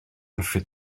hoffet